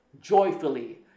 joyfully